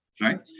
right